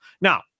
Now